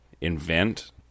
invent